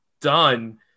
done